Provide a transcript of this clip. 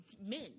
men